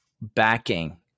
backing